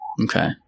Okay